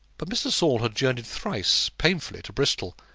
but mr. saul had journeyed thrice painfully to bristol,